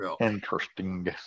Interesting